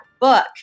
Book